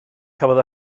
cafodd